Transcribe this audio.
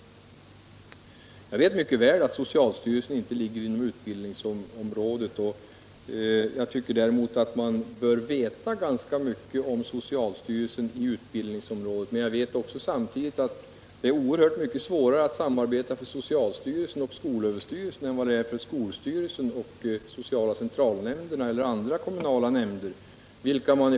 Jag vet mycket väl att socialstyrelsen inte ligger inom utbildningsområdet. Däremot tycker jag att man bör veta ganska mycket om socialstyrelsen i utbildningsområdet. Samtidigt vet jag att det är oerhört mycket svårare för socialstyrelsen och skolöverstyrelsen att samarbeta än vad det är för skolstyrelsen och sociala centralnämnderna eller andra kommunala nämnder.